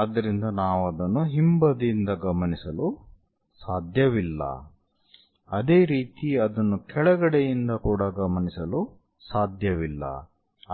ಆದ್ದರಿಂದ ನಾವು ಅದನ್ನು ಹಿಂಬದಿಯಿಂದ ಗಮನಿಸಲು ಸಾಧ್ಯವಿಲ್ಲ ಅದೇ ರೀತಿ ಅದನ್ನು ಕೆಳಗಡೆಯಿಂದ ಕೂಡಾ ಗಮನಿಸಲು ಸಾಧ್ಯವಿಲ್ಲ